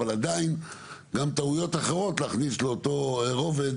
אבל עדיין גם טעויות אחרות להכניס לאותו רובד.